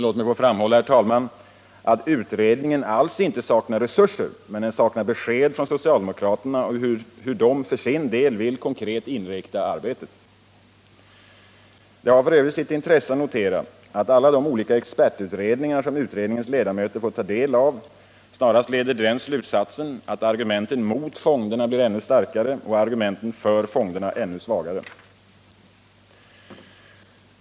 Låt mig få framhålla, herr talman, att utredningen alls inte saknar resurser, men den saknar besked från socialdemokraterna om hur de för sin del vill konkret inrikta arbetet. Det har f. ö. sitt intresse att notera, att alla de olika expertutredningar som utredningens ledamöter fått ta del av leder till den slutsatsen att argumenten mot fonderna blir ännu starkare och argumenten för fonderna ännu svagare.